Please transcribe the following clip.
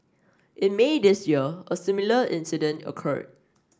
in May this year a similar incident occurred